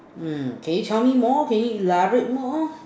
hmm can you tell me more can you elaborate more